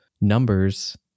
numbers